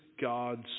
God's